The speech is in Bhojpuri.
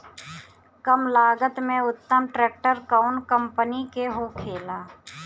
कम लागत में उत्तम ट्रैक्टर कउन कम्पनी के होखेला?